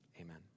Amen